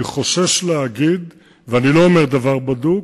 אני חושש להגיד ואני לא אומר דבר בדוק,